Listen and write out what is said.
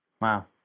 Wow